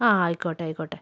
ആ ആയിക്കോട്ടെ ആയിക്കോട്ടെ